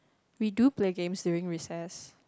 we do play games during recess